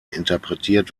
interpretiert